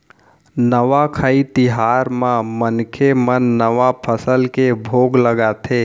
नवाखाई तिहार म मनखे मन नवा फसल के भोग लगाथे